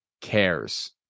cares